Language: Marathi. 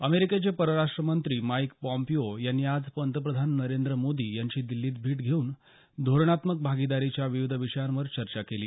अमेरिकेचे परराष्ट्रमंत्री माईक पॉम्पीओ यांनी आज पंतप्रधान नरेंद्र मोदी यांची दिल्लीत भेट घेऊन धोरणात्मक भागिदारीच्या विविध विषयांवर चर्चा केली